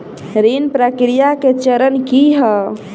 ऋण प्रक्रिया केँ चरण की है?